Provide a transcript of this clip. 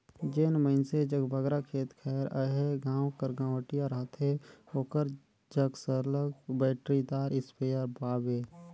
जेन मइनसे जग बगरा खेत खाएर अहे गाँव कर गंवटिया रहथे ओकर जग सरलग बइटरीदार इस्पेयर पाबे